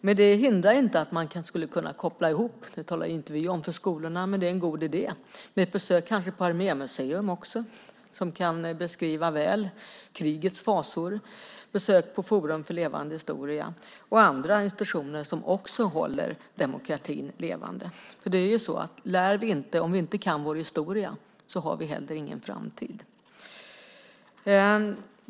Men det hindrar inte att man kanske skulle kunna koppla ihop det med ett besök på Armémuseum som kan beskriva krigets fasor och ett besök på Forum för levande historia och andra institutioner som också håller demokratin levande - även om vi inte talar om det för skolorna. Det är ju så att om vi inte kan vår historia har vi heller ingen framtid.